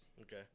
Okay